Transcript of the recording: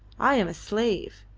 i am a slave!